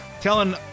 telling